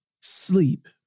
Sleep